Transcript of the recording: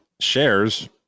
shares